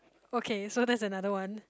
okay so that's another one